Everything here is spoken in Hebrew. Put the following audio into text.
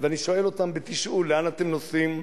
ואני שואל אותם בתשאול: לאן אתם נוסעים?